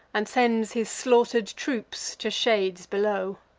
and sends his slaughter'd troops to shades below.